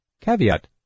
Caveat